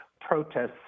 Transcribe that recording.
protests